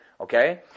Okay